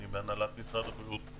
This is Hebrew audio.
ואני מהנהלת משרד הבריאות,